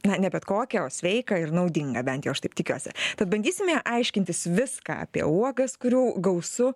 na ne bet kokią o sveiką ir naudingą bent aš taip tikiuosi tad bandysime aiškintis viską apie uogas kurių gausu